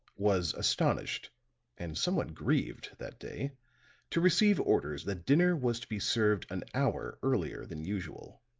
was astonished and somewhat grieved that day to receive orders that dinner was to be served an hour earlier than usual.